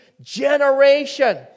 generation